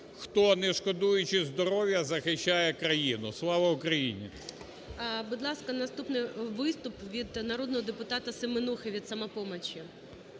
хто, не шкодуючи здоров'я, захищає країну. Слава Україні! ГОЛОВУЮЧИЙ. Будь ласка, наступний виступ від народного депутатаСеменухи від "Самопомочі",